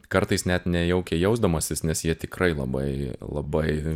kartais net nejaukiai jausdamasis nes jie tikrai labai labai